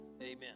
amen